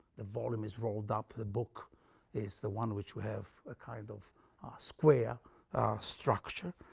the volume is rolled up. the book is the one which we have a kind of square structure.